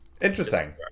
Interesting